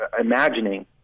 imagining